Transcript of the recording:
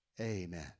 Amen